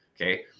okay